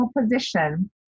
position